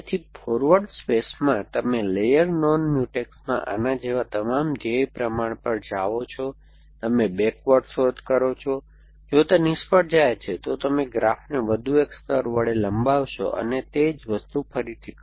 તેથી ફોરવર્ડ સ્પેસમાં તમે લેયર નોન મ્યુટેક્સમાં આના જેવા તમામ ધ્યેય પ્રમાણ પર જાઓ છો તમે બેકવર્ડ શોધ કરો છો જો તે નિષ્ફળ જાય છે તો તમે ગ્રાફને વધુ એક સ્તર વડે લંબાવશો અને તે જ વસ્તુ ફરીથી કરો